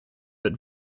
but